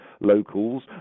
locals